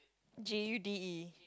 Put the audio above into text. J U D E